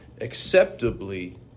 acceptably